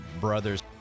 Brothers